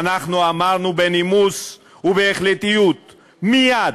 ואנחנו אמרנו בנימוס ובהחלטיות מייד: